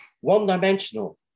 one-dimensional